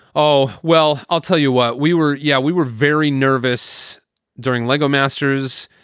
oh, well, i'll tell you what. we were yeah, we were very nervous during lego masters,